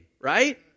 right